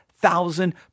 thousand